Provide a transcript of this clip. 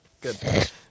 good